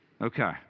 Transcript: Okay